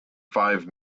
five